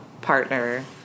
partner